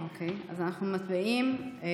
אוקיי, אז אנחנו מצביעים על